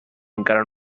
encara